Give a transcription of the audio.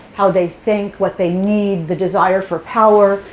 how they think, what they need, the desire for power.